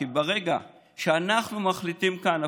כי ברגע שאנחנו מחליטים כאן,